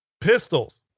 pistols